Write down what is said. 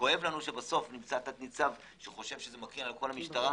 כואב לנו שבסוף נמצא תת ניצב שחושב שזה מקרין על כל המשטרה,